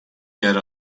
yer